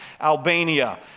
Albania